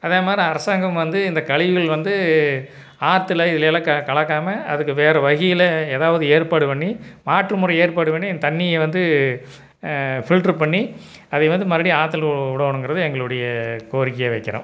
அதே மாதிரி அரசாங்கம் வந்து இந்த கழிவுகள் வந்து ஆற்றுல இதிலயெல்லாம் க கலக்காமல் அதுக்கு வேறு வகையில ஏதாவது ஏற்பாடு பண்ணி மாற்றுமுறை ஏற்பாடு பண்ணி அந்த தண்ணியை வந்து ஃபில்டர் பண்ணி அதை வந்து மறுபடியும் ஆற்றுல விட வேணுங்கிறது எங்களுடைய கோரிக்கையாக வைக்கிறோம்